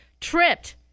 tripped